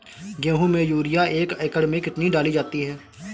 गेहूँ में यूरिया एक एकड़ में कितनी डाली जाती है?